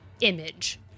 image